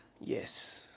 Yes